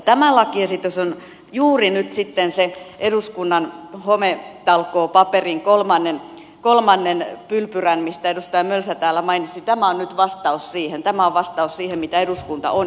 tämä lakiesitys on juuri nyt sitten vastaus eduskunnan hometalkoopaperin kolmanteen pylpyrään mistä edustaja mölsä täällä vain tämä oli vastaus siihen mainitsi vastaus siihen mitä eduskunta on edellyttänyt